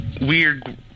weird